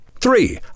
Three